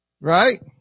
Right